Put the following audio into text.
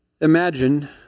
Imagine